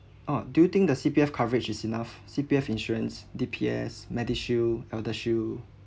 oo do you think the C_P_F coverage is enough C_P_F insurance D_P_S medishield eldershield